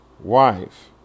wife